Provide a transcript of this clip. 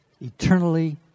eternally